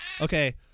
okay